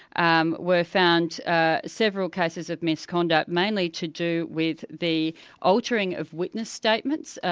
um were found ah several cases of misconduct, mainly to do with the altering of witness statements,